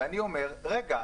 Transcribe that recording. ואני אומר רגע,